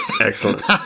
Excellent